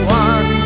one